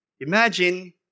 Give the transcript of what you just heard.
imagine